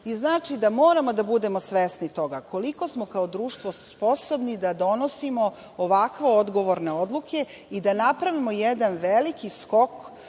da moramo da budemo svesni toga koliko smo kao društvo sposobni da donosimo ovako odgovorne odluke i da napravimo jedan veliki skok